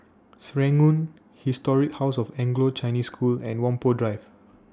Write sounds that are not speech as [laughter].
[noise] Serangoon Historic House of Anglo Chinese School and Whampoa Drive